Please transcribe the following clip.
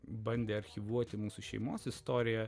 bandė archyvuoti mūsų šeimos istoriją